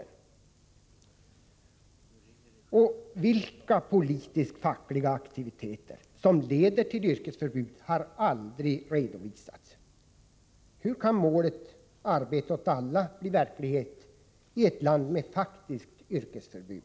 Vilka fackliga politiska aktiviteter det är som leder till yrkesförbud har aldrig redovisats. Hur kan målet ”Arbete åt alla” bli verklighet i ett land med politiskt yrkesförbud?